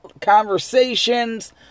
conversations